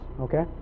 Okay